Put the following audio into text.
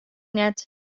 net